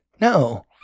No